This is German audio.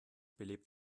belebt